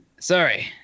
Sorry